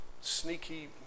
sneaky